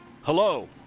Hello